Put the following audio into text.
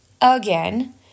again